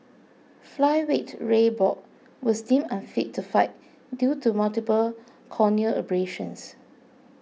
Flyweight Ray Borg was deemed unfit to fight due to multiple corneal abrasions